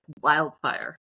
wildfire